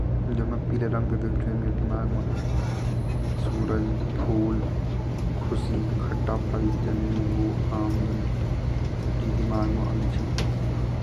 पेला रंग ते सबसे सॉफ्ट अर सोम्य रंग मन जान जेते मतलब हम बीर भरह्स्पत्ति महाराज जी कू रंग ची यू अर हामुते गुरु रंग ची यू अर गुरु रंग जब ऐगी ता हम सब फील्ड माँ अगिन-अगिन रंदा।